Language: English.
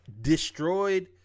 destroyed